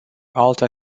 alta